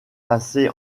passées